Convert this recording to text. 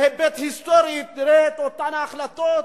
בהיבט היסטורי תראה את אותן ההחלטות,